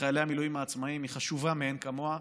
לחיילי המילואים העצמאים היא חשובה מאין כמוה.